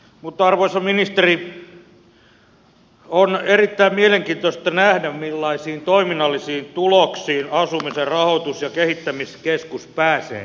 mutta arvoisa ministeri on erittäin mielenkiintoista nähdä millaisiin toiminnallisiin tuloksiin asumisen rahoitus ja kehittämiskeskus pääsee ensi vuonna